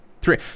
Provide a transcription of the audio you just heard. Three